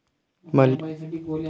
मले टी.व्ही चा रिचार्ज करन जमन का?